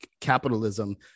capitalism